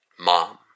Mom